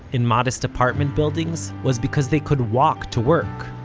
in modest apartment buildings, was because they could walk to work.